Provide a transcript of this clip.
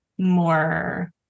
more